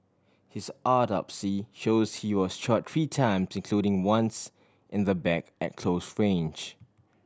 his autopsy shows he was shot three times including once in the back at close range